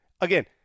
again